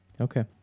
Okay